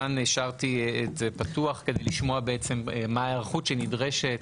כאן השארתי את זה פתוח כדי לשמוע מה ההיערכות שנדרשת.